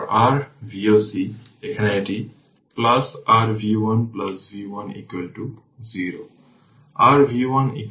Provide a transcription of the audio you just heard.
এখন 4 Ω রেজিষ্টর এর মাধ্যমে কারেন্ট i সহজে পাওয়া যায় কারেন্ট ডিভিশন যা i L t i t i L t 1 1 4